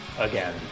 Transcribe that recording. again